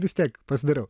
vis tiek pasidariau